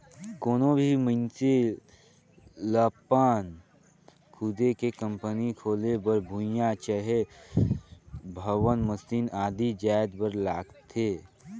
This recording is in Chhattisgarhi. कोनो भी मइनसे लअपन खुदे के कंपनी खोले बर भुंइयां चहे भवन, मसीन आदि जाएत बर लागथे